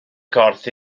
corff